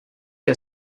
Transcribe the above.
que